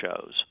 shows